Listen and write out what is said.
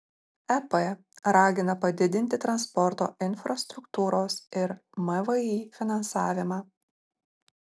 ep ragina padidinti transporto infrastruktūros ir mvį finansavimą